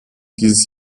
dieses